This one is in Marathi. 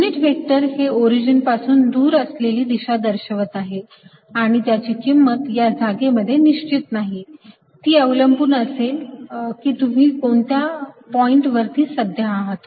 युनिट व्हेक्टर हे ओरिजिन पासून दूर असलेली दिशा दर्शवत आहे आणि त्याची किंमत या जागेमध्ये निश्चित नाही ती अवलंबून असेल की तुम्ही कोणत्या पॉईंट वरती सध्या आहात